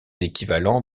équivalents